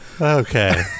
okay